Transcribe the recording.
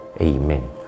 Amen